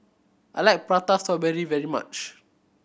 I like Prata Strawberry very much